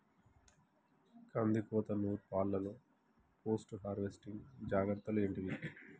కందికోత నుర్పిల్లలో post harvesting జాగ్రత్తలు ఏంటివి?